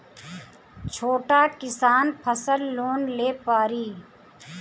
छोटा किसान फसल लोन ले पारी?